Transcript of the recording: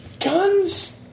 Guns